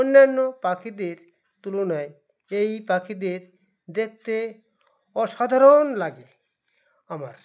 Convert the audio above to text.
অন্যান্য পাখিদের তুলনায় এই পাখিদের দেখতে অসাধারণ লাগে আমার